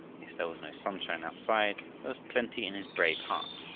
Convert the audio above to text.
if there was no sunshine outside there was plenty in his brave heart,